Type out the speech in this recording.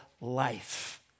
life